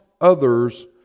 others